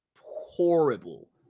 horrible